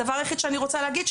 הדבר היחיד שאני רוצה להגיד,